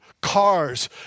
cars